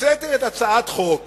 מוצגת הצעת חוק